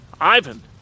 Ivan